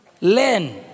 learn